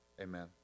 Amen